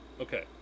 Okay